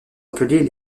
appelés